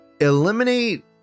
eliminate